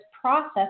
process